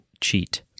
cheat